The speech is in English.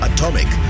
Atomic